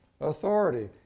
authority